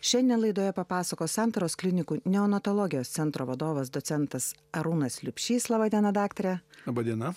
šiandien laidoje papasakos santaros klinikų neonatologijos centro vadovas docentas arūnas liubšys laba diena daktare abudu na